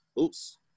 Oops